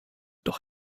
doch